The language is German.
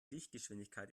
lichtgeschwindigkeit